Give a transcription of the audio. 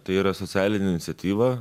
tai yra socialinė iniciatyva